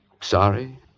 Sorry